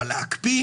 אבל להקפיא?